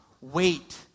wait